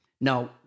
Now